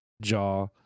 jaw